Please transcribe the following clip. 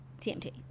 TMT